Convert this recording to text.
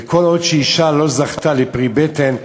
וכל עוד אישה לא זכתה לפרי בטן,